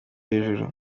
hejuru